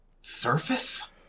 surface